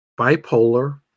bipolar